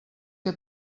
que